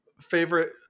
Favorite